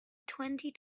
twenty